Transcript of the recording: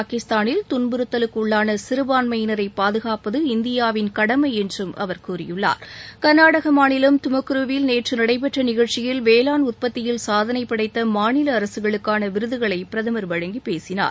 பாகிஸ்தானில் துள்புறுத்தலுக்குள்ளான சிறுபான்மையினரை பாதுகாப்பது இந்தியாவின் கடமை என்று அவர் கூறியுள்ளார் காநாடக மாநிலம் துமக்குருவில் நேற்று நடைபெற்ற நிகழ்ச்சியில் வேளாண் உற்பத்தியில் சாதனை படைத்த மாநில அரசுகளுக்கான விருதுகளை பிரதமர் வழங்கி பேசினார்